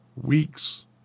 weeks